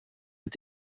hat